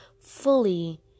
fully